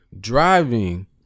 Driving